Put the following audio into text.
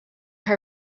her